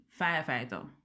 firefighter